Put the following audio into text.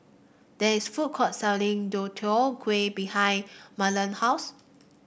there is food court selling Deodeok Gui behind Mahlon house